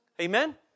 Amen